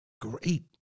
great